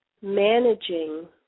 managing